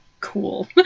cool